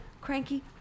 cranky